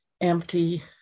empty